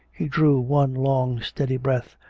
he drew one long steady breath,